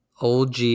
OG